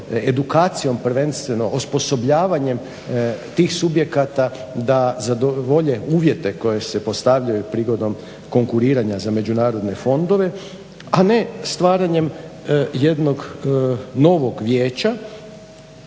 edukacijom prvenstveno osposobljavanjem tih subjekata da zadovolje uvjete koji se postavljaju prigodom konkuriranja za međunarodne fondove, a ne stvaranjem jednog novog vijeća